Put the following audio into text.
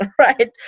right